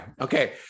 okay